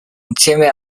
insieme